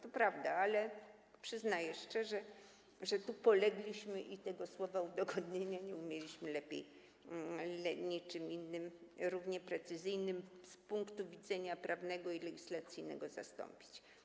To prawda, ale przyznaję szczerze, że tu polegliśmy i tego słowa „udogodnienia” nie umieliśmy niczym innym równie precyzyjnym z punktu widzenia prawnego i legislacyjnego zastąpić.